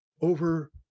over